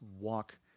walk